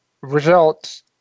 results